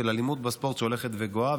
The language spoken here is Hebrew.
של אלימות בספורט שהולכת וגואה.